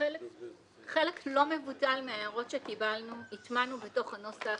חלק לא מבוטל מההערות שקיבלנו הטמענו בתוך הנוסח,